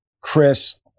Chris